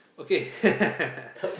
okay